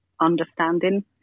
understanding